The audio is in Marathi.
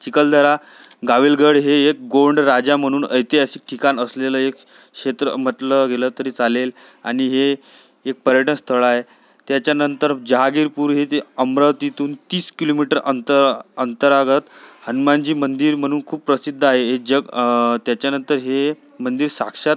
चिखलदरा गाविलगड हे एक गोंड राजा म्हणून ऐतिहासिक ठिकाण असलेलं एक क्षेत्र म्हटलं गेलं तरी चालेल आणि हे एक पर्यटनस्थळ आहे त्याच्यानंतर जहांगीरपूर हे ते अमरावतीतून तीस किलोमीटर अंतं अंतरागत हनुमानजी मंदिर म्हणून खूप प्रसिद्ध आहे हे जग त्याच्यानंतर हे मंदिर साक्षात